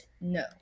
No